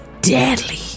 deadly